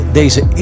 deze